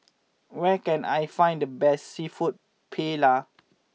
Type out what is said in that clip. where can I find the best Seafood Paella